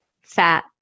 fat